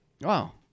Wow